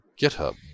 github